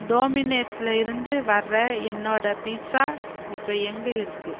டோமினேஸ்சில் இருந்து வர்ற என்னோட பீட்சா இப்போ எங்கே இருக்குது